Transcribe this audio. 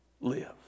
live